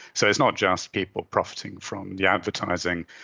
so it's not just people profiting from the advertising,